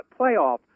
playoff